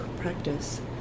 practice